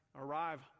arrive